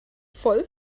voll